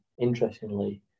interestingly